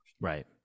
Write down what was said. Right